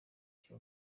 cya